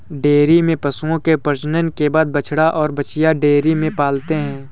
dairy में पशुओं के प्रजनन के बाद बछड़ा और बाछियाँ डेयरी में पलते हैं